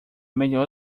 melhor